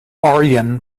aryan